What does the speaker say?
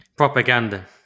Propaganda